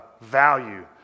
value